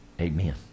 Amen